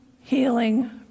healing